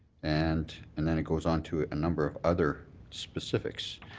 and and then it goes on to a number of other specifics.